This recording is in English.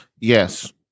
Yes